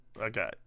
okay